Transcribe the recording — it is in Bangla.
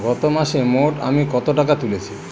গত মাসে মোট আমি কত টাকা তুলেছি?